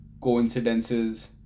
coincidences